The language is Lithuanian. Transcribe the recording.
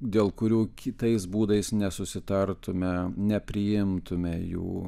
dėl kurių kitais būdais nesusitartume nepriimtume jų